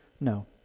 No